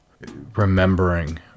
remembering